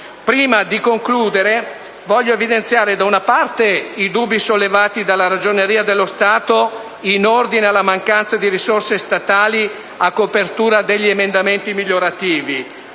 Prima di concludere, voglio evidenziare, da una parte, i dubbi sollevati dalla Ragioneria generale dello Stato in ordine alla mancanza di risorse statali a copertura degli emendamenti migliorativi